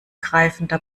greifender